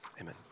Amen